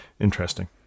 interesting